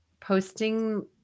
posting